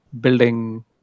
building